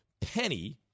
Penny